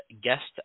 Guest